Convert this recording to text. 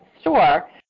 store